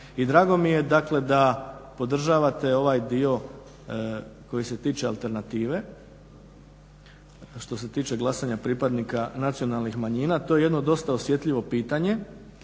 I drago mi je da podržavate ovaj dio koji se tiče alternative što se tiče glasanja pripadnika nacionalnih manjina. To je jedno dosta osjetljivo pitanje